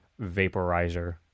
vaporizer